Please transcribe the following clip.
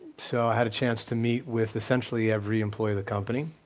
so i had a chance to meet with essentially every employee of the company,